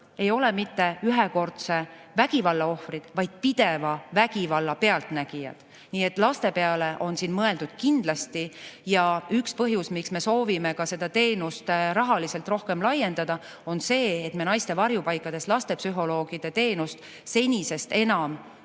ei ole mitte ühekordse vägivalla ohvrid, vaid pideva vägivalla pealtnägijad. Nii et laste peale on siin kindlasti mõeldud. Ja üks põhjus, miks me soovime seda teenust rahaliselt rohkem [toetada], on ka see, et saaksime naiste varjupaikades lastepsühholoogide teenust senisest enam